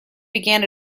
began